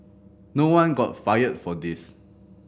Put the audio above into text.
no one got fired for this